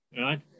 Right